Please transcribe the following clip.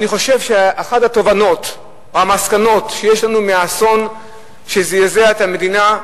אני חושב שאחת התובנות או המסקנות שלנו מהאסון שזעזע את המדינה,